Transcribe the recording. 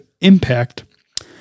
impact